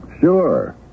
Sure